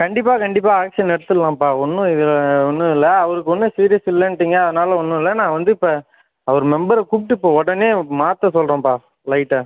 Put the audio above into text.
கண்டிப்பாக கண்டிப்பாக ஆக்ஷன் எடுத்துடலாம்ப்பா ஒன்றும் இது ஒன்றும் இல்லை அவருக்கும் ஒன்றும் சீரியஸ் இல்லைன்ட்டீங்க அதனால் ஒன்றும் இல்லை நான் வந்து இப்போ அவர் மெம்பரை கூப்பிட்டு இப்போ உடனே மாற்ற சொல்லுறேன்ப்பா லைட்டை